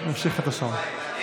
אני ממשיך את השעון.